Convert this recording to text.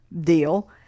deal